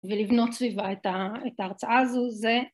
‫ולבנות סביבה את ה..את ההרצאה הזו זה...